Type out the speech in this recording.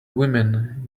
women